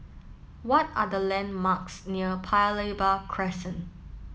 what are the landmarks near Paya Lebar Crescent